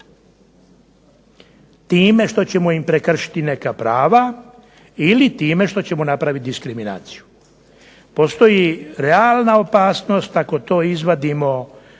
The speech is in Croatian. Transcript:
time što ćemo im prekršiti neka prava ili time što ćemo napraviti diskriminaciju. Postoji realna opasnost ako to izvadimo,